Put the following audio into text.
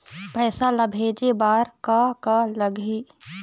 पैसा ला भेजे बार का का लगही?